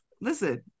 Listen